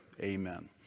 Amen